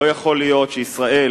לא יכול להיות שישראל